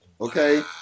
Okay